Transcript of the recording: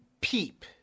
peep